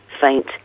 faint